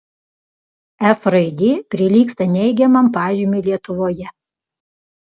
f raidė prilygsta neigiamam pažymiui lietuvoje